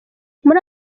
muri